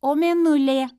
o mėnulė